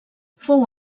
fou